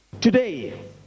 Today